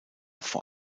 vor